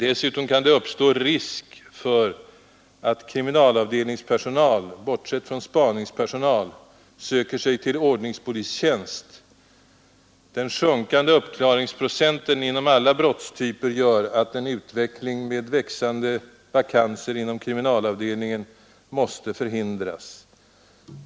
Dessutom kan det uppstå risk för att kriminalavdelningspersonal — bortsett från spaningspersonal — söker sig till ordningspolistjänst. Den sjunkande uppklaringsprocenten inom alla brottstyper gör att en utveckling med växande antal vakanser inom kriminalavdelningen måste förhindras.